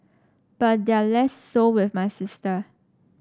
but they're less so with my sister